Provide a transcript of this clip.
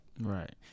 Right